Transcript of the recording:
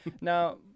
Now